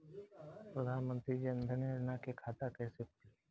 प्रधान मंत्री जनधन योजना के खाता कैसे खुली?